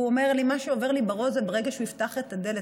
והוא אומר לי: מה שעובר לי בראש זה הרגע שהוא יפתח את הדלת